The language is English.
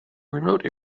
remote